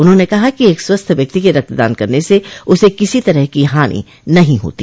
उन्होंने कहा कि एक स्वस्थ्य व्यक्ति के रक्तदान करने से उसे किसी तरह की हानि नहीं होती